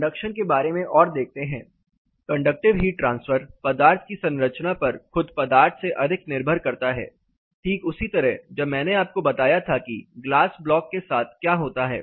conduction के बारे में और देखते हैं कंडक्टिव हीट ट्रांसफर पदार्थ की संरचना पर खुद पदार्थ से अधिक निर्भर करता है ठीक उसी तरह जब मैंने आपको बताया था कि ग्लास ब्लॉक के साथ क्या होता है